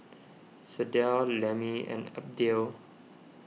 Sydell Lemmie and Abdiel